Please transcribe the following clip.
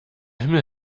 himmel